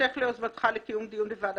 בהמשך ליוזמתך לקיום דיון בוועדת